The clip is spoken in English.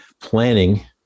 planning